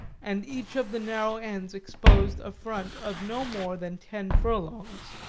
and each of the narrow ends exposed a front of no more than ten furlongs.